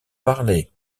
parlait